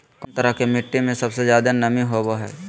कौन तरह के मिट्टी में सबसे जादे नमी होबो हइ?